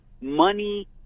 money